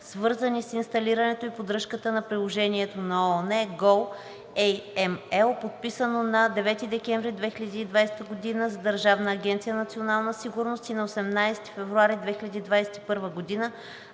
свързани с инсталирането и поддръжката на приложението на ООН goAML, подписано на 9 декември 2020 г. за Държавна агенция „Национална сигурност“ и на 18 февруари 2021 г. за